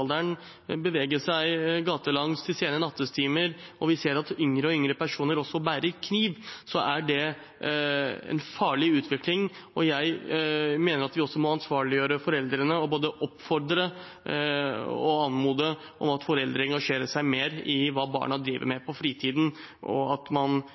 13–14-årsalderen beveger seg gatelangs til sene nattetimer, og vi ser at yngre og yngre personer også bærer kniv, er det en farlig utvikling. Jeg mener at vi også må ansvarliggjøre foreldrene og både oppfordre og anmode om at foreldre engasjerer seg mer i hva barna driver med på fritiden, og at man